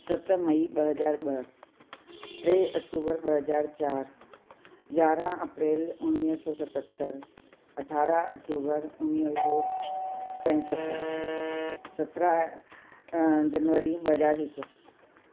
सत मई ॿ हज़ार ॿ टे अक्टूबर ॿ हज़ार चारि यारहं अप्रैल उणिवीह सौ सतहतरि अरिड़ह अक्टूबर उणीवीह सौ पंजुहठि सत्रहं जनवरी ॿ हज़ार हिकु